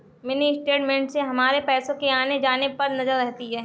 mini statement से हमारे पैसो के आने जाने पर नजर रहती है